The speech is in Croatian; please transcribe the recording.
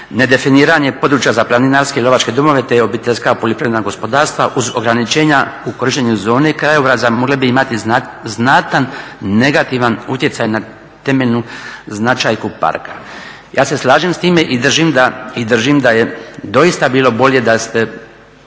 nedefiniranje područja za planinarske i lovačke domove, te obiteljska poljoprivredna gospodarstva uz ograničenja u korištenju zone i krajobraza mogle bi imati znatan negativan utjecaj na temeljnu značajku parka. Ja se slažem s time i držim da je doista bilo bolje da ste